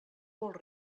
molt